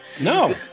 No